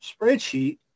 spreadsheet